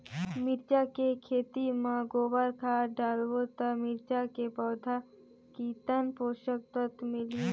मिरचा के खेती मां गोबर खाद डालबो ता मिरचा के पौधा कितन पोषक तत्व मिलही?